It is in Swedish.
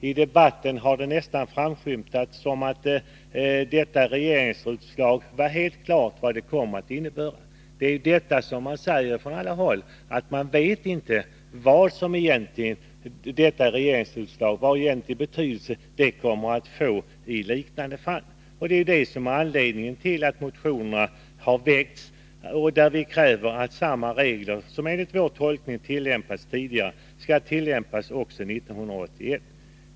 I debatten har det nästan förefallit helt klart vad detta regeringsrättsutslag kommer att innebära. Det man säger från andra håll är ju att man inte vet vilken betydelse detta regeringsrättsutslag kommer att få i liknande fall. Och det är anledningen till att vi har väckt motionerna, där vi kräver att samma regler som enligt vår tolkning tillämpats tidigare skall tillämpas också 1981.